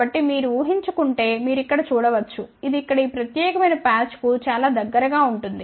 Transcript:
కాబట్టిమీరు ఊహించుకుంటే మీరు ఇక్కడ చూడవచ్చు ఇది ఇక్కడ ఈ ప్రత్యేకమైన పాచ్కు చాలా దగ్గరగా ఉంటుంది